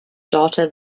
daughter